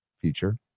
future